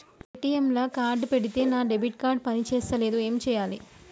ATM లా card పెడితే నా డెబిట్ కార్డ్ పని చేస్తలేదు ఏం చేయాలే?